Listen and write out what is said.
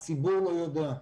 אבל הציבור לא יודע.